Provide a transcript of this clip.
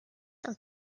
are